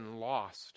lost